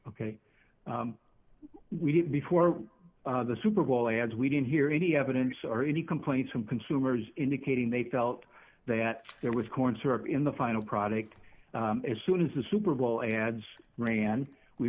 ok we didn't before the super bowl ads we didn't hear any evidence or any complaints from consumers indicating they felt that there was corn syrup in the final product as soon as the super bowl ads ran we